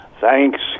Thanks